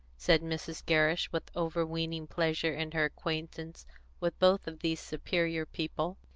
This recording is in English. said mrs. gerrish, with overweening pleasure in her acquaintance with both of these superior people.